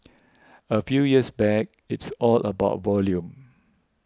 a few years back it's all about volume